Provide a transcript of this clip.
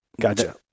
Gotcha